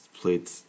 played